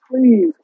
please